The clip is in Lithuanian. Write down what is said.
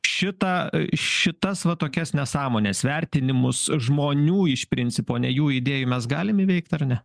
šitą šitas vat tokias nesąmones vertinimus žmonių iš principo ne jų idėjų mes galim įveikt ar ne